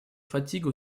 fatigue